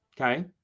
Okay